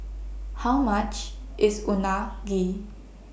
How much IS Unagi